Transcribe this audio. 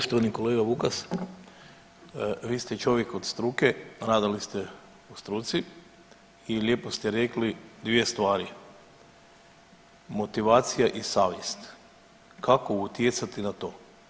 Poštovani kolega Vukas, vi ste čovjek od struke, radili ste u struci i lijepo ste rekli dvije stvari, motivacija i savjest, kako utjecati na to?